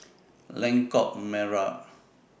Lengkok Merak